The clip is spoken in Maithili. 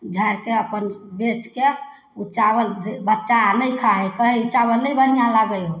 झाड़िके अपन बेचिके ओ चावल जे बच्चा आर नहि खाइ हइ कहै हइ ई चावल नहि बढ़िआँ लागै हौ